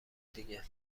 دیگه